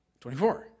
24